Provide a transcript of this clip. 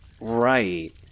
Right